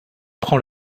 prend